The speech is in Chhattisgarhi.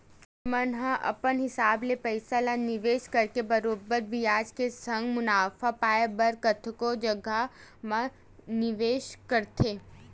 मनखे मन ह अपन हिसाब ले पइसा ल निवेस करके बरोबर बियाज के संग मुनाफा पाय बर कतको जघा म निवेस करथे